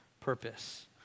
purpose